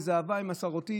איזה הווי מסורתי.